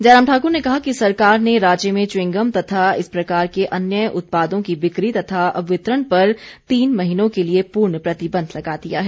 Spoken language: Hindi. जयराम ठाकुर ने कहा कि सरकार ने राज्य में च्वीइंगम तथा इस प्रकार के अन्य उत्पादों की बिक्री तथा वितरण पर तीन महीनों के लिए पूर्ण प्रतिबंध लगा दिया है